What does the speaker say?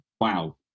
Wow